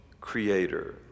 creator